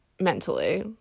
mentally